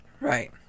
Right